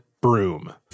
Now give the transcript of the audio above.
broom